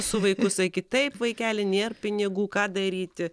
su vaiku sakyt taip vaikeli nėr pinigų ką daryti